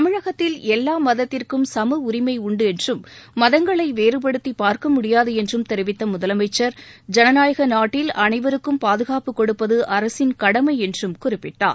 தமிழகத்தில் எல்லா மதத்திற்கும் சம உரிமை உண்டு என்றும் மதங்களை வேறுபடுத்தி பார்க்க முடியாது என்றும் தெரிவித்த முதலமைச்சர் ஜனநாயக நாட்டில் அனைவருக்கும் பாதுகாப்பு கொடுப்பது அரசின் கடமை என்றும் குறிப்பிட்டார்